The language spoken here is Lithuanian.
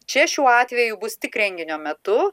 čia šiuo atveju bus tik renginio metu